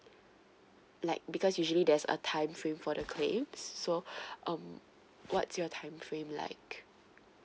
like because usually there's a time frame for the claims so um what's your time frame like